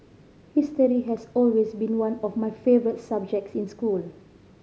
history has always been one of my favourite subjects in school